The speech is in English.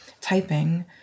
typing